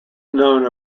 known